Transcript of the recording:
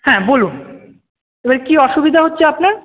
হ্যাঁ বলুন এবার কী অসুবিধা হচ্ছে আপনার